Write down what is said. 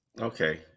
Okay